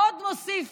ועוד מוסיף